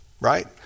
right